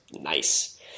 nice